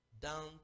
down